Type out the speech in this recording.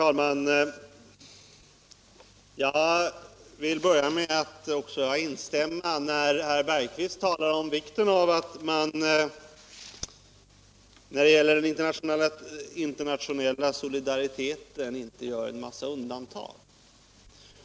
Herr talman! Jag vill börja med att instämma i vad herr Jan Bergqvist i Göteborg sade om vikten av att man när det gäller den internationella solidariteten inte gör en mängd undantag.